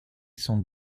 sont